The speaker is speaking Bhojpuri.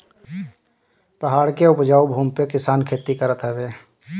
पहाड़ के उपजाऊ भूमि पे किसान खेती करत हवे